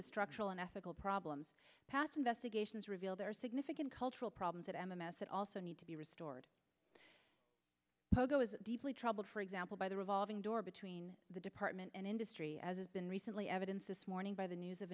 the structural and ethical problems pass investigations reveal there are significant cultural problems at m m s that also need to be restored pogo is deeply troubled for example by the revolving door between the department and industry as has been recently evidence this morning by the news of